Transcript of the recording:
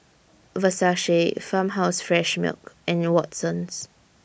Versace Farmhouse Fresh Milk and Watsons